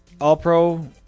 All-Pro